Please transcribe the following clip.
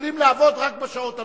מתחילים לעבוד רק בשעות הנוספות.